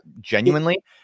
genuinely